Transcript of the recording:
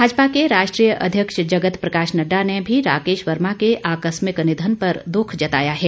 भाजपा के राष्ट्रीय अध्यक्ष जगत प्रकाश नड्डा ने भी राकेश वर्मा के आकरिमक निधन पर दुख जताया है